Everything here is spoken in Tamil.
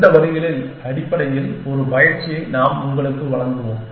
அந்த வரிகளில் அடிப்படையில் ஒரு பயிற்சியை நாம் உங்களுக்கு வழங்குவோம்